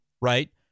right